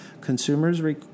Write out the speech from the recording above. consumers